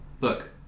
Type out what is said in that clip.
Look